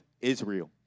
Israel